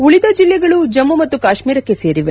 ಉಳದ ಜಿಲ್ಲೆಗಳು ಜಮ್ನು ಮತ್ತು ಕಾಶ್ಸೀರಕ್ಕೆ ಸೇರಿವೆ